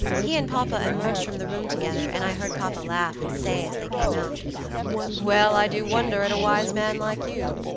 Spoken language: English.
he and papa emerged from the room together, and i heard papa laugh, and say as they came out well, i do wonder at a wise man like you.